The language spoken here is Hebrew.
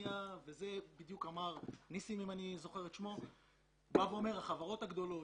החברות הגדולות